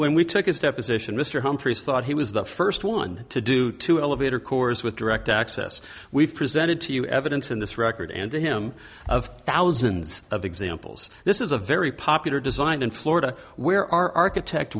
when we took his deposition mr humphreys thought he was the first one to do two elevator cores with direct access we've presented to you evidence in this record and to him of thousands of examples this is a very popular design in florida where our architect